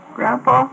Grandpa